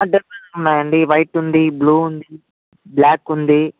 ఉన్నాయండి వైట్ ఉంది బ్లూ ఉంది బ్ల్యాక్ ఉంది